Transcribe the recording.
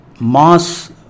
Mass